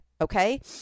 Okay